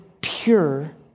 pure